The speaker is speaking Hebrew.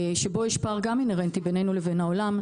בו יש פער אינהרנטי בינינו לבין העולם.